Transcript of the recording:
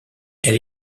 elle